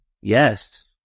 yes